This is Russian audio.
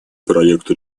проекта